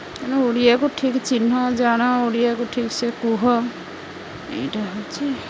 ତେଣୁ ଓଡ଼ିଆକୁ ଠିକ୍ ଚିହ୍ନ ଜାଣ ଓଡ଼ିଆକୁ ଠିକ ସେ କୁହ ଏଇଟା ହଉଛି